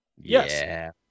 Yes